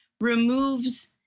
removes